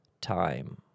time